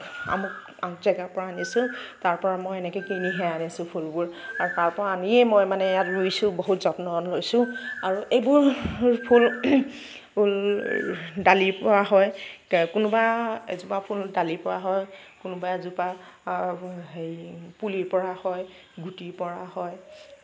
অমুক জেগাৰ পৰা আনিছোঁ তাৰ পৰা মই এনেকৈ কিনিহে আনিছো ফুলবোৰ আৰু তাৰ পৰা আনিয়ে মই মানে ইয়াত ৰুইছো বহুত যত্ন লৈছোঁ আৰু এইবোৰ ফুল ফুল ডালৰ পৰা হয় কোনোবা এজোপা ফুল ডালৰ পৰা হয় কোনোবা এজোপা হেৰি পুলিৰ পৰা হয় গুটিৰ পৰা হয়